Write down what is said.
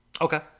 okay